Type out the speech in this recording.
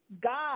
God